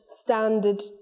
standard